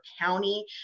county